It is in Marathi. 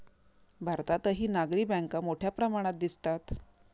भारतातही नागरी बँका मोठ्या प्रमाणात दिसतात